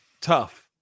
Tough